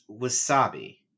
Wasabi